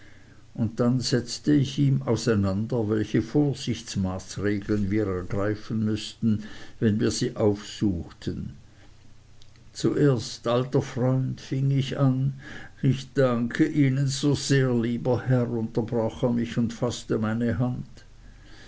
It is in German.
und dann setzte ich ihm auseinander welche vorsichtmaßregeln wir ergreifen müßten wenn wir sie aufsuchten zuerst alter freund fing ich an ich danke ihnen so sehr lieber herr unterbrach er mich und faßte meine hand